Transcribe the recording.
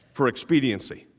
for expediency